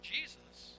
Jesus